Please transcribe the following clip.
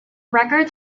records